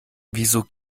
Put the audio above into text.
wieso